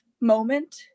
moment